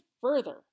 further